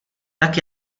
tak